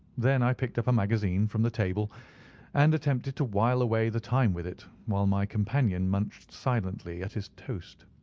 then i picked up a magazine from the table and attempted to while away the time with it, while my companion munched silently at his toast.